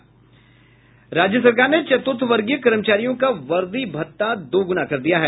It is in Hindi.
राज्य सरकार ने चतुर्थवर्गीय कर्मिचारियों का वर्दी भत्ता दोगुना कर दिया है